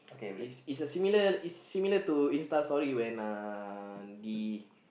is is a similar is a similar to InstaStory when uh the